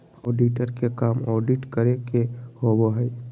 auditor के काम audit करे के होबो हइ